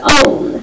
own